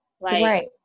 Right